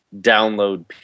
download